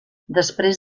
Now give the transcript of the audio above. després